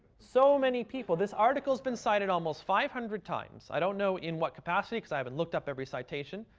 so many people this article's been cited almost five hundred times. i don't know in what capacity because i haven't looked up every citation.